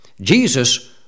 Jesus